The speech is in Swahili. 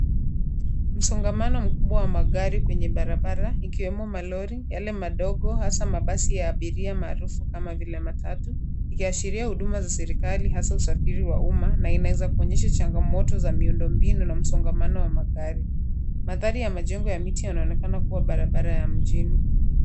Msongamano mkubwa wa magari kwenye barabara ikiwemo malori, yale madogo hasa mabasi ya abiria maarufu kama vile matatu ikiashiria huduma za serikali hasa usafiri wa umma na imeweza kuonyesha changamoto za miundombinu na msongamano wa magari. Mandhari ya majengo na miti yanaonekana kuwa barabara ya mjini.